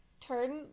turn